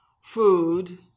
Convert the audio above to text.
food